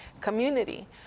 community